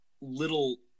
little